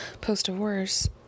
post-divorce